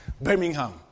Birmingham